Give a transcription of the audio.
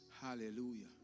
hallelujah